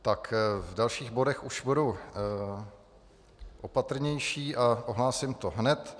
V dalších bodech už budu opatrnější a ohlásím to hned.